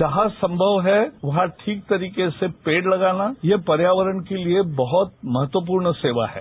जहां संगव है वहां ठीक तरीके से पेड़ लगाना यह पर्यावरण के लिए बहुत महत्वपूर्ण सेवा है